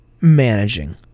managing